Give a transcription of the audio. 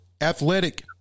Athletic